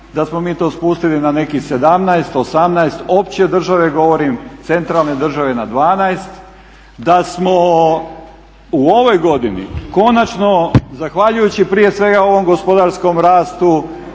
da smo mi to spustili na nekih 17, 18 opće države govorim, centralne države na 12. Da smo u ovoj godini konačno zahvaljujući prije svega ovom gospodarskom rastu